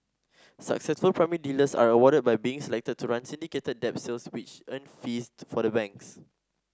successful primary dealers are rewarded by being selected to run syndicated debt sales which earn fees for the banks